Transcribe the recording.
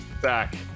back